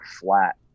flat